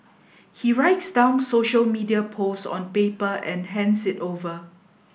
he writes down social media posts on paper and hands it over